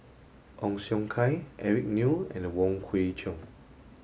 Ong Siong Kai Eric Neo and Wong Kwei Cheong